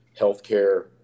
healthcare